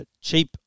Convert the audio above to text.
cheap